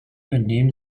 entnehmen